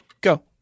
Go